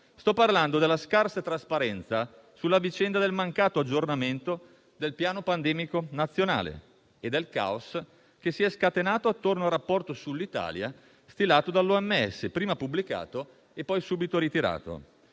Sto parlando della scarsa trasparenza sulla vicenda del mancato aggiornamento del Piano pandemico nazionale e del caos che si è scatenato attorno al rapporto sull'Italia stilato dall'OMS, prima pubblicato e poi subito ritirato.